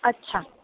अच्छा